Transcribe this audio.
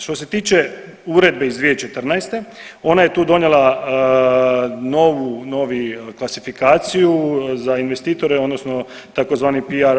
Što se tiče Uredbe iz 2014. ona je tu donijela novu, novi klasifikaciju za investitore odnosno tzv. PR.